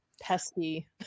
pesky